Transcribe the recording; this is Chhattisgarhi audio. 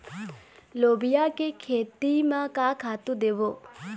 लोबिया के खेती म का खातू देबो?